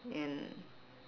and